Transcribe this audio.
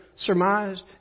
surmised